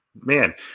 Man